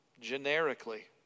generically